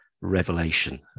revelation